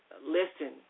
listen